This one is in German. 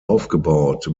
aufgebaut